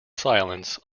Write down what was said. silence